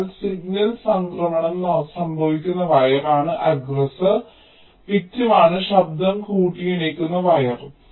അതിനാൽ സിഗ്നൽ സംക്രമണം സംഭവിക്കുന്ന വയർ ആണ് അഗ്ഗ്രെസ്സർ വിക്ടിമാണ് ശബ്ദം കൂട്ടിയിണക്കുന്ന വയർ